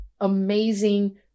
amazing